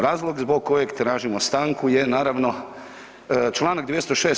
Razlog zbog kojeg tražimo stanku je naravno čl. 206.